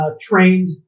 trained